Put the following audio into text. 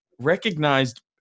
recognized